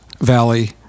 valley